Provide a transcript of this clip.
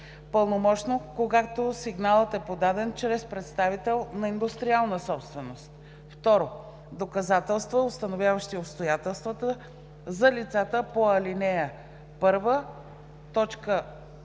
пълномощно, когато сигналът е подаден чрез представител по индустриална собственост; 2. доказателства, установяващи обстоятелствата за лицата по ал. 1,